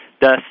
thus